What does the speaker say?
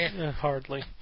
hardly